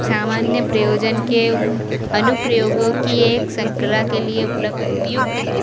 सामान्य प्रयोजन के उप अनुप्रयोगों की एक शृंखला के लिए उपलब्ध उपयुक्त है